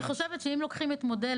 אז אני חושבת שאם לוקחים את מודל,